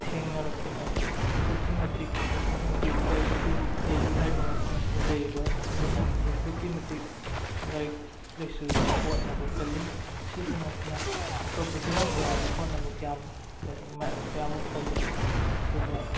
ꯊꯦꯡꯅꯔꯛꯄꯗ ꯑꯗꯨꯛꯀꯤ ꯃꯇꯤꯛ ꯑꯁꯣꯝꯒꯤ ꯂꯩ ꯑꯗꯨ ꯗꯦꯜꯂꯤ ꯍꯥꯏꯔꯤꯕ ꯃꯐꯝ ꯑꯁꯤꯗ ꯂꯩꯔꯤꯕ ꯃꯤꯁꯤꯡꯁꯦ ꯑꯗꯨꯛꯀꯤ ꯃꯇꯤꯛ ꯂꯥꯏꯔꯤꯛ ꯂꯥꯏꯁꯨꯗ ꯍꯣꯠꯅꯕ ꯀꯜꯂꯤ ꯁꯤꯇ ꯅꯠꯇꯅ ꯑꯇꯣꯞꯄ ꯍꯤꯔꯝ ꯀꯌꯥꯗ ꯍꯣꯠꯅꯕ ꯀꯌꯥꯃꯨꯛ ꯀꯜꯂꯤ ꯑꯗꯨꯒ